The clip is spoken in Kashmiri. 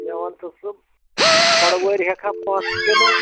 مےٚ وَن تہٕ ژٕ کھۄڈٕ وٲرۍ ہیٚکٕکھا پۅنٛسہٕ کِنہٕ